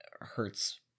hurts